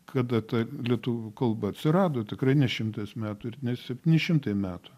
kada ta lietuvių kalba atsirado tikrai ne šimtas metų ir ne septyni šimtai metų